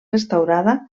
restaurada